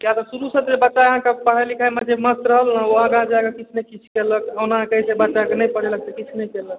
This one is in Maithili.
किआक तऽ शुरूसँ फेर बच्चा अहाँके पढ़ाइ लिखाइमे जे मस्त रहल ओ आगाँ जाए कऽ किछु ने किछु कयलक ओना की कहै छै बच्चाकेँ नहि पढ़ेलक तऽ किछु नहि केलक